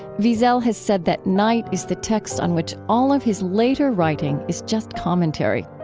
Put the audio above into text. wiesel has said that night is the text on which all of his later writing is just commentary.